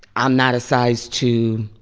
i'm not a size two.